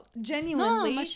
Genuinely